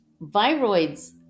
viroids